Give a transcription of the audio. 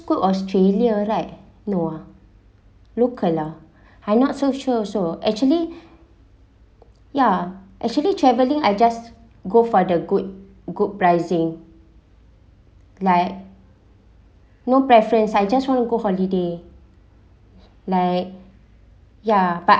good australia right no ah look lah I not so sure also actually ya actually traveling I just go for the good good pricing like no preference I just want to go holiday like ya but